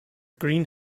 green